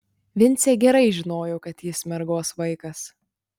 vincė gerai žinojo kad jis mergos vaikas